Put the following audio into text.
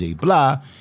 blah